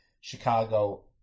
Chicago